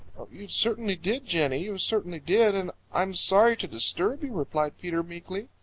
you certainly did, jenny. you certainly did, and i'm sorry to disturb you, replied peter meekly.